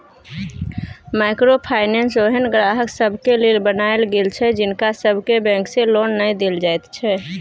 micro finance ओहेन ग्राहक सबके लेल बनायल गेल छै जिनका सबके बैंक से लोन नै देल जाइत छै